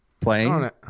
playing